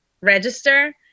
register